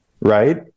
right